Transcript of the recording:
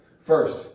First